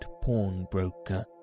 pawnbroker